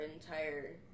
entire